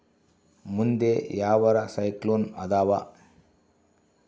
ಮುಂದೆ ಯಾವರ ಸೈಕ್ಲೋನ್ ಅದಾವ?